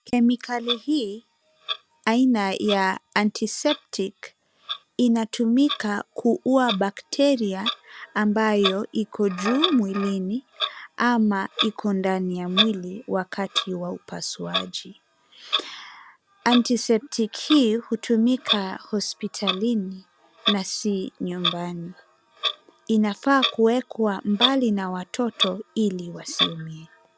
Kemikali hii aina ya antiseptic inatumika kuua bacteria ambayo iko juu mwilini ama iko ndani ya mwili wakati wa upasuaji antiseptic hii hutumika hospitalini na si nyumbani inafaa kuwekwa mbali na watoto ili wasiumie.